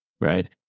right